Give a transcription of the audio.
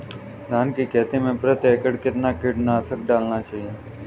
धान की खेती में प्रति एकड़ कितना कीटनाशक डालना होता है?